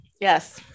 yes